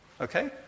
okay